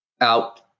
out